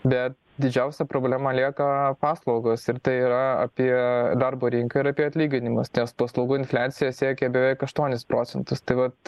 bet didžiausia problema lieka paslaugos ir tai yra apie darbo rinką ir apie atlyginimus nes paslaugų infliacija siekė beveik aštuonis procentus tegu tai vat